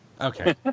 Okay